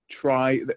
try